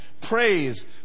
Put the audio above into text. Praise